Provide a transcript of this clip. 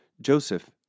Joseph